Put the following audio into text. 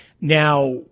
Now